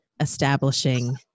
establishing